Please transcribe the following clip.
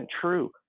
true